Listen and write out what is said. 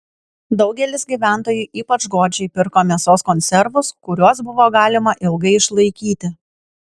daugelis gyventojų ypač godžiai pirko mėsos konservus kuriuos buvo galima ilgai išlaikyti